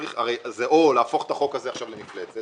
זה או להפוך את החוק הזה עכשיו למפלצת,